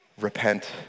repent